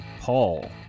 Paul